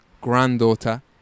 granddaughter